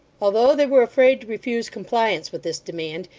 although they were afraid to refuse compliance with this demand,